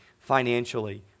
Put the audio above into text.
financially